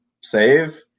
Save